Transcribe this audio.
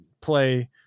play